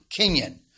Kenyan